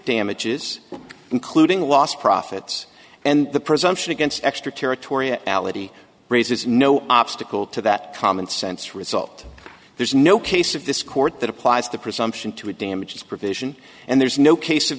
damages including lost profits and the presumption against extraterritoriality raises no obstacle to that common sense result there's no case of this court that applies the presumption to a damages provision and there's no case of